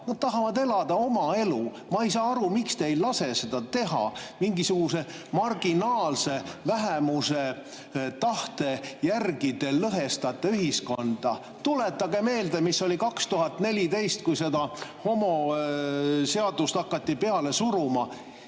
seda, tahavad elada oma elu. Ma ei saa aru, miks te ei lase seda teha, mingisuguse marginaalse vähemuse tahte järgi te lõhestate ühiskonda. Tuletage meelde, mis oli 2014, kui seda homoseadust hakati peale suruma!